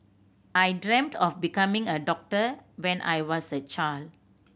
I dreamt of becoming a doctor when I was a child